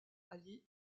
ali